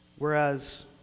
Whereas